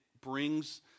brings